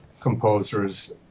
composers